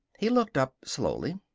he looked up slowly.